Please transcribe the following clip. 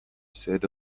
said